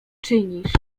czynisz